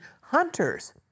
hunters